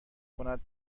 کند